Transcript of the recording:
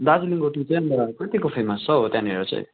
दार्जिलिङको टी चाहिँ कति फेमस छ हौ त्यहाँनिर चाहिँ